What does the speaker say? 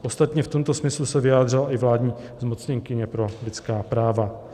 Ostatně v tomto smyslu se vyjádřila i vládní zmocněnkyně pro lidská práva.